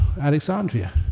Alexandria